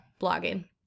blogging